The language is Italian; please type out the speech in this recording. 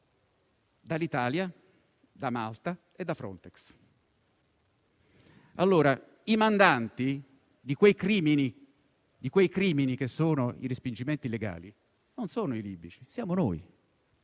dall'Italia, da Malta e da Frontex? Allora, i mandanti di quei crimini che sono i respingimenti illegali non sono i libici, siamo noi.